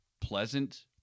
pleasant